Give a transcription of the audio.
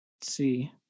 see